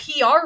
pr